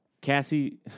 Cassie